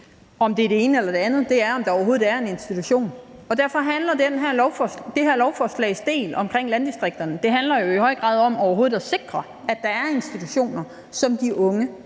om det er det ene eller det andet, men om der overhovedet er en institution. Derfor handler den del omkring landdistrikterne i det her lovforslag jo i høj grad om overhovedet at sikre, at der er institutioner, som de unge